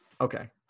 okay